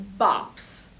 bops